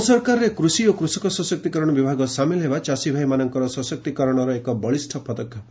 ମୋ ସରକାରରେ କୃଷି ଓ କୃଷକ ସଶକ୍ତିକରଣ ବିଭାଗ ସାମିଲ ହେବା ଚାଷୀଭାଇମାନଙ୍କର ସଶକ୍ତିକରଣର ଏକ ବଳିଷ ପଦକ୍ଷେପ